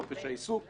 חופש העיסוק,